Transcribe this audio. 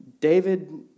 David